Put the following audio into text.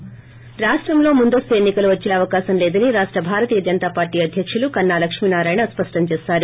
ి రాష్టంలో ముందస్తు ఎన్ని కలు వచ్చే అవకాశం లేదని రాష్ట భారతీయ జనతాపార్టీ అధ్యకులు కన్నా లక్ష్మీ నారాయణ స్పష్టం చేసారు